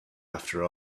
after